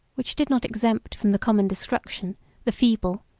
which did not exempt from the common destruction the feeble,